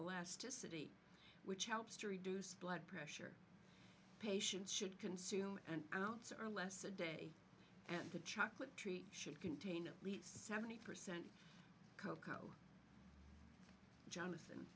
elasticities which helps to reduce blood pressure patients should consume and outs are less a day and the chocolate treat should contain at least seventy percent cocoa jonathan